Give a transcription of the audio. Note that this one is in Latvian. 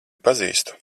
pazīstu